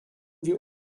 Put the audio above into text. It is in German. wir